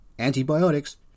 Antibiotics